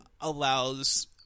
allows